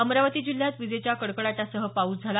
अमरावती जिल्ह्यात विजेच्या कडकडाटासह पाऊस झाला